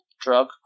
drug